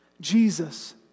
Jesus